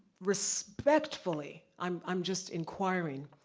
respectfully, i'm i'm just inquiring,